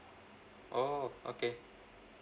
oh okay